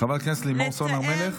חברת הכנסת לימור סון הר מלך,